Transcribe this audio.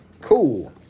cool